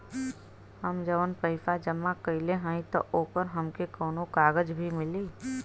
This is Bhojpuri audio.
हम जवन पैसा जमा कइले हई त ओकर हमके कौनो कागज भी मिली?